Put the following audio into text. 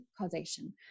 causation